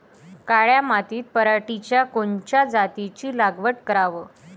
काळ्या मातीत पराटीच्या कोनच्या जातीची लागवड कराव?